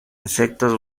insectos